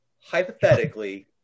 hypothetically